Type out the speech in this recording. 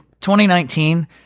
2019